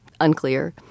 unclear